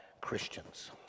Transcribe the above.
Christians